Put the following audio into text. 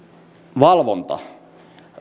valvonta